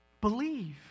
believe